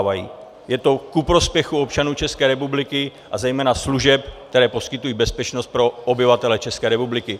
Je to ku prospěchu občanů České republiky a zejména služeb, které poskytují bezpečnost pro obyvatele České republiky.